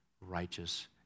righteous